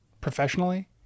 professionally